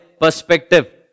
perspective